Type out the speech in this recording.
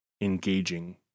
engaging